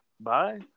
bye